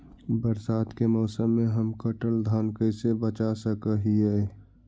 बरसात के मौसम में हम कटल धान कैसे बचा सक हिय?